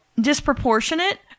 disproportionate